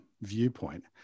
viewpoint